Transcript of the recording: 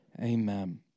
Amen